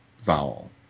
vowel